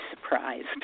surprised